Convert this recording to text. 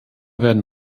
werden